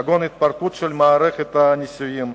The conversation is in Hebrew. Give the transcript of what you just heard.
כגון התפרקות של מערכת הנישואין,